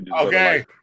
okay